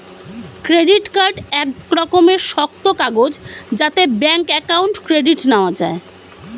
credit card এক রকমের শক্ত কাগজ যাতে ব্যাঙ্ক অ্যাকাউন্ট ক্রেডিট নেওয়া যায়